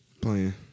playing